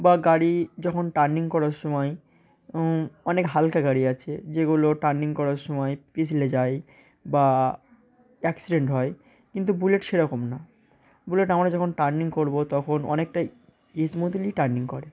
বা গাড়ি যখন টার্নিং করার সময় অনেক হালকা গাড়ি আছে যেগুলো টার্নিং করার সময় পিছলে যায় বা অ্যাক্সিডেন্ট হয় কিন্তু বুলেট সেরকম না বুলেট আমরা যখন টার্নিং করবো তখন অনেকটাই সস্মুথলি টার্নিং করে